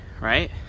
right